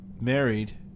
married